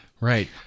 right